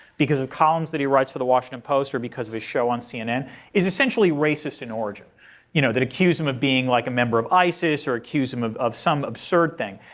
because of columns that he writes for the washington post or because of his show on cnn is essentially racist in origin you know that accuse him of being like a member of isis or accuse him of of some absurd thing.